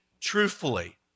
truthfully